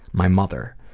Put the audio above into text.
my mother.